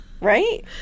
Right